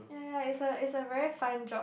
ya ya ya it's a it's a very fun job